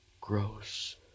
Gross